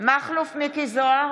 מכלוף מיקי זוהר,